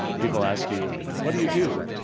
people ask you what do you do,